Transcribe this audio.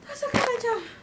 terus aku macam